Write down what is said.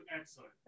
excellent